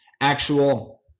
actual